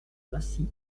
massy